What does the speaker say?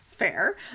fair